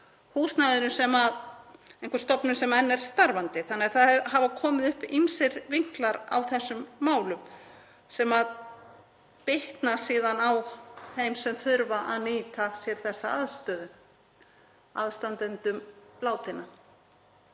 húsnæðinu, einhver stofnun sem enn er starfandi. Það hafa komið upp ýmsir vinklar á þessum málum sem bitna síðan á þeim sem þurfa að nýta sér þessa aðstöðu, aðstandendum látinna.